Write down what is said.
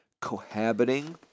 cohabiting